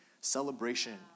celebration